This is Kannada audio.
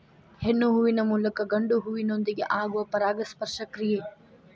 ಹೆಣ್ಣು ಹೂವಿನ ಮೂಲಕ ಗಂಡು ಹೂವಿನೊಂದಿಗೆ ಆಗುವ ಪರಾಗಸ್ಪರ್ಶ ಕ್ರಿಯೆ